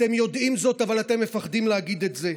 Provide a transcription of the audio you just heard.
אתם יודעים זאת, אבל אתם מפחדים להגיד את זה.